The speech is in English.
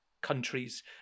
countries